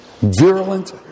virulent